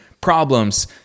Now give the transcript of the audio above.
problems